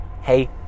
hey